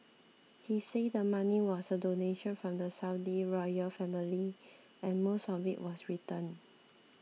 he said the money was a donation from the Saudi royal family and most of it was returned